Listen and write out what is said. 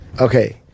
Okay